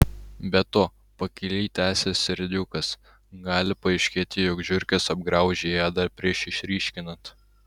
be to pakiliai tęsė serdiukas gali paaiškėti jog žiurkės apgraužė ją dar prieš išryškinant